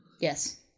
Yes